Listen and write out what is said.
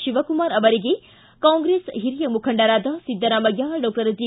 ಶಿವಕುಮಾರ್ ಅವರಿಗೆ ಕಾಂಗ್ರೆಸ್ ಹಿರಿಯ ಮುಖಂಡರಾದ ಿದ್ದರಾಮಯ್ಯ ಡಾಕ್ಟರ್ ಜಿ